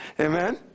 Amen